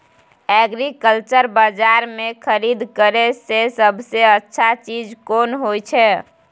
Agriculture बाजार में खरीद करे से सबसे अच्छा चीज कोन होय छै?